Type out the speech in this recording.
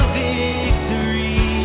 victory